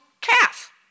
calf